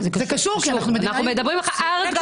זה קשור, כי אנחנו מדינה יהודית.